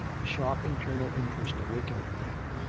a sharp internal interest awakened in her.